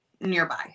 nearby